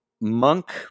monk